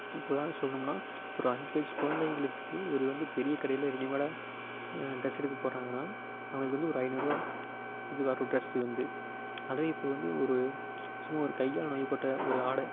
இதுக்கு உதாரணம் சொல்லணும்னா ஒரு அஞ்சு வயது கொழந்தைகளுக்கு ஒரு வந்து பெரிய கடையில் ரெடிமேடாக ட்ரெஸ் எடுக்கப் போகிறாங்கன்னா அவங்களுக்கு வந்து ஒரு ஐந்நூறுரூவா இது வரும் ட்ரெஸ் வந்து அதுவே இப்போ வந்து ஒரு சும்மா ஒரு கையால் நொய்யப்பட்ட ஒரு ஆடை